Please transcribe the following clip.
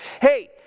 hey